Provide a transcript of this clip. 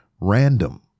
random